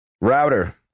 Router